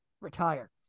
retire